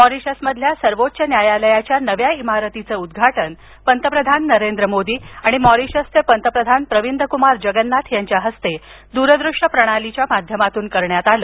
मॉरीशसमधल्या सर्वोच्च न्यायालयाच्या नव्या इमारतीचं उद्घाटन पंतप्रधान नरेंद्र मोदी आणि मॉरीशसचे पंतप्रधान प्रविंद कुमार जगन्नाथ यांच्या हस्ते द्रदृश्य प्रणालीच्या माध्यमातून करण्यात आलं